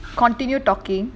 continue talking